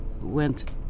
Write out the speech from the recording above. went